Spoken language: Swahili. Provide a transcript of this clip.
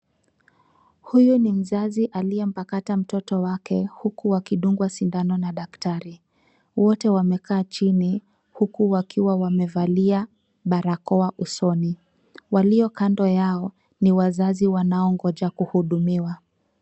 Huyu ni mzazi aliyepakata mtoto wake huku akidungwa sindano na daktari. Wote wamekaa chini huku wakiwa wamevalia barakoa usoni. Walio kando yao ni wazazi wanaongoja kuhudumiwa.